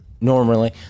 normally